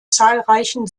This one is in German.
zahlreichen